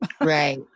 Right